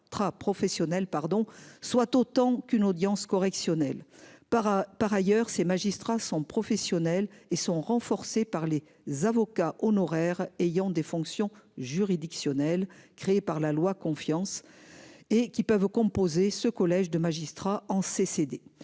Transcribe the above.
soit autant qu'une audience correctionnelle par, par ailleurs, ces magistrats sont professionnels et sont renforcés par les avocats honoraire ayant des fonctions juridictionnelles créé par la loi confiance et qui peuvent composer ce collège de magistrats en CCD